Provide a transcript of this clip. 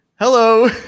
Hello